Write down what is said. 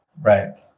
Right